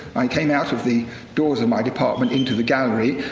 i came out of the doors of my department into the gallery,